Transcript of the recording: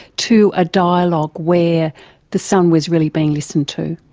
to a dialogue where the son was really being listened to?